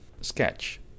Sketch